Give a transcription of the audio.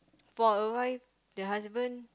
for a wife the husband